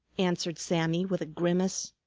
answered sammy with a grimace.